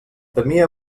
temia